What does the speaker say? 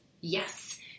Yes